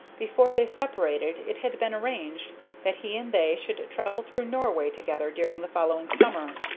before they separated it had been arranged that he and they should travel through norway together during the following summer.